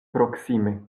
proksime